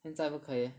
现在不可以 leh